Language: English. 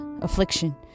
affliction